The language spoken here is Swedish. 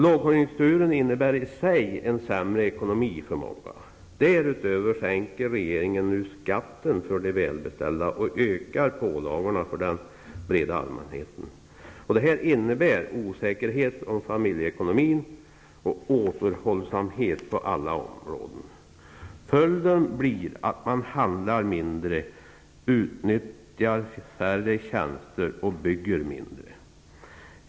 Lågkonjunkturen innebär i sig en sämre ekonomi för många. Därutöver sänker regeringen nu skatten för de välbeställda och ökar pålagorna för den breda allmänheten. Detta innebär osäkerhet i familjeekonomin och återhållsamhet på alla områden. Följden blir att man handlar mindre, utnyttjar färre tjänster och bygger mindre.